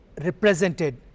represented